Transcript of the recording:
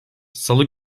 salı